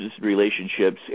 relationships